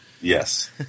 Yes